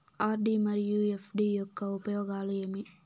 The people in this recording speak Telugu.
ఆర్.డి మరియు ఎఫ్.డి యొక్క ఉపయోగాలు ఏమి?